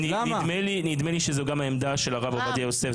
נדמה לי שזאת גם העמדה של הרב עובדיה יוסף,